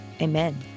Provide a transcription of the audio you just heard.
Amen